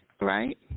right